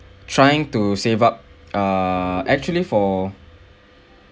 trying to save up err actually for